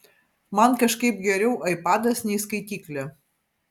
man kažkaip geriau aipadas nei skaityklė